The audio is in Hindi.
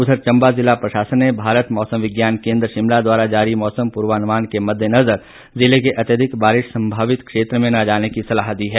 उधर चंबा जिला प्रशासन ने भारत मौसम विज्ञान केंद्र शिमला द्वारा जारी मौसम पूर्वानुमान के मददेनजर जिले के अत्यधिक बारिश व संभावित क्षेत्र में न जाने की सलाह दी है